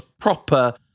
proper